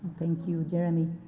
thank you, jeremy,